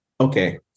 okay